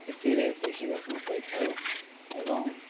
ସେଥିରେ ଦେଖିବାକୁ ପାଇଥାଉ ଏବଂ